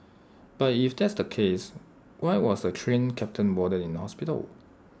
but if that's the case why was the Train Captain warded in hospital